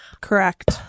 Correct